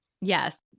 Yes